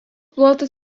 plotas